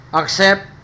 accept